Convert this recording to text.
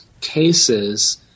cases